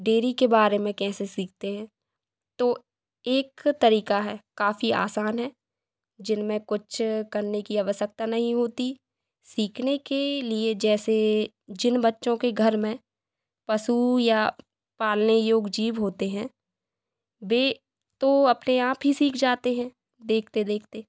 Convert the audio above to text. dairy के बारे में कैसे सीखते हैं तो एक तरीक़ा है काफ़ी आसान है जिनमें कुछ करने की आवश्यकता नहीं होती सीखने के लिए जैसे जिन बच्चों के घर में पशु या पालने योग जीव होते हैं वे तो अपने आप ही सीख जाते हैं देखते देखते